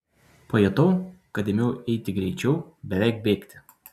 pajutau kad ėmiau eiti greičiau beveik bėgti